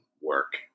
work